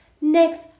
next